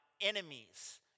enemies